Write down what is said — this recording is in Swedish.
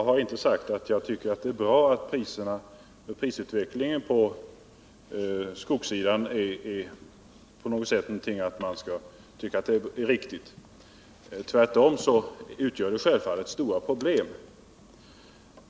Herr talman! Jag har inte sagt att prisutvecklingen på skogssidan på något sätt kan anses vara riktig. Tvärtom utgör den självfallet ett stort problem.